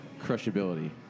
crushability